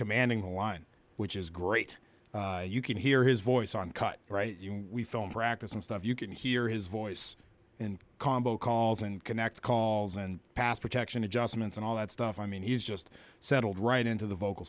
commanding a line which is great you can hear his voice on cut right we film practice and stuff you can hear his voice in combo calls and connect calls and pass protection adjustments and all that stuff i mean he's just settled right into the vocal